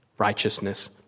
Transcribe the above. Righteousness